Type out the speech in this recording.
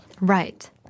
Right